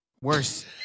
Worse